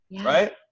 Right